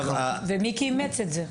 ומיקי אימץ את זה?